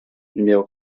numéro